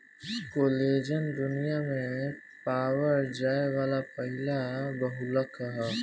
collagen दुनिया में पावल जाये वाला पहिला बहुलक ह